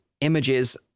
images